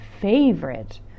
favorite